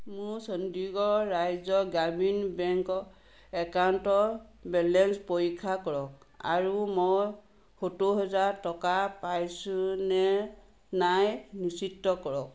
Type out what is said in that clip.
মোৰ চণ্ডিগড় ৰাজ্য গ্ৰামীণ বেংকৰ একাউণ্টৰ বেলেঞ্চ পৰীক্ষা কৰক আৰু মই সত্তৰ হাজাৰ টকা পাইছো নে নাই নিশ্চিত কৰক